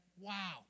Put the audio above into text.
wow